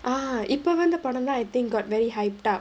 ah இப்ப வந்த படந்த:ippa vantha padanthaa I think got very hyped up